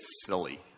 silly